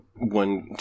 one